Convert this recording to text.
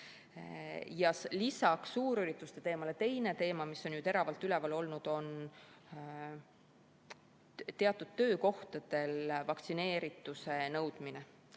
Lisaks suurürituste teemale on ka teine teema, mis on teravalt üleval olnud. See on teatud töökohtadel vaktsineerituse nõudmine,